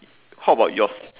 how about yours